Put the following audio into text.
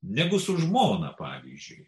negu su žmona pavyzdžiui